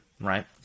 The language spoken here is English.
right